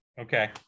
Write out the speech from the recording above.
Okay